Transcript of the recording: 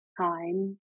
time